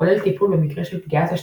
כולל טיפול במקרה של פגיעה תשתיתית,